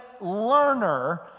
learner